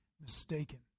mistaken